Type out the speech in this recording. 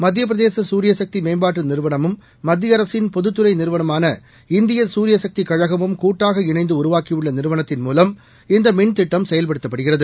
மத்தியப்பிரதேச சூரியசக்தி மேம்பாட்டு நிறுவனமும் மத்திய அரசின் பொதுத்துறை நிறுவனமான இந்திய சூரிய சக்தி கழகமும் கூட்டாக இணைந்து உருவாக்கியுள்ள நிறுவனத்தின் மூவம் இந்த மின் திட்டம் செயல்படுத்தப்படுகிறது